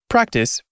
Practice